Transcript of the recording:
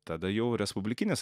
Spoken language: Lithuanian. tada jau respublikinis